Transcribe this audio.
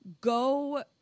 go